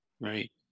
right